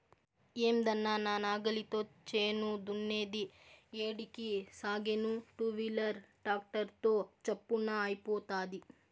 ఏందన్నా నా నాగలితో చేను దున్నేది ఏడికి సాగేను టూవీలర్ ట్రాక్టర్ తో చప్పున అయిపోతాది